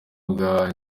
bwa